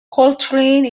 coltrane